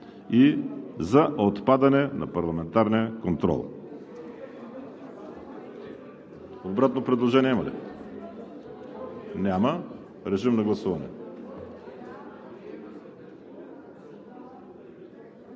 и за отпадане на парламентарния контрол. Обратно предложение има ли? Няма. Режим на гласуване.